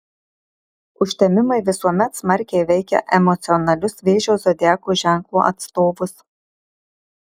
užtemimai visuomet smarkiai veikia emocionalius vėžio zodiako ženklo atstovus